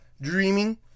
dreaming